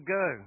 go